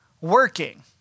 working